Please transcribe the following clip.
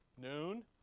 noon